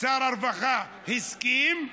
שר הרווחה הסכים,